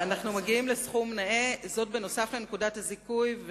מגיעים לסכום נאה, וזאת בנוסף לנקודת הזיכוי.